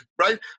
right